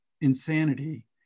insanity